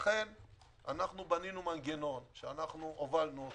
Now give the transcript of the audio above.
לכן בנינו מנגנון שהובלנו אותו,